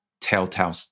telltale